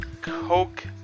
Coke